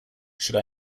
should